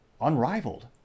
unrivaled